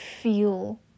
feel